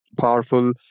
powerful